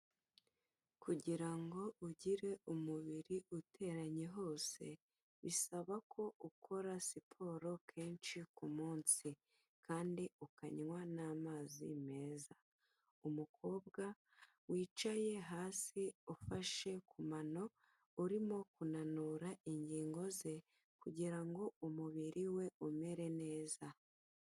Kugira ngo ugire umubiri uteranye hose bisaba ko ukora siporo kenshi ku munsi kandi ukanywa n'amazi meza. Umukobwa wicaye hasi, ufashe ku mano, urimo kunanura ingingo ze kugira ngo umubiri we umere neza.